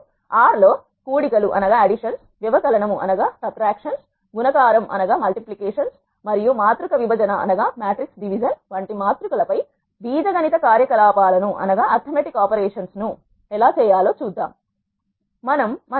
ఇప్పుడు R R లో కూడి కలు వ్యవకలనం గుణకారం మరియు మాతృక విభజన వంటి మాతృ కల పై బీజ గణిత కార్యకలాపాలను ఎలా చేయాలో చూద్దాం